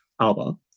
Alba